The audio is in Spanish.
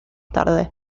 tarde